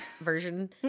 version